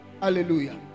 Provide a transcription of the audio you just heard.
hallelujah